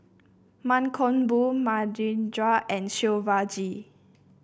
Mankombu and Shivaji